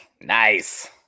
Nice